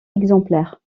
exemplaires